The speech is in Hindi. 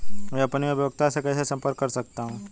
मैं अपनी उपयोगिता से कैसे संपर्क कर सकता हूँ?